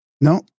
No